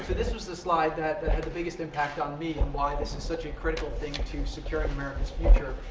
this was the slide that has the biggest impact on me and why this is such a critical thing to securing america's future.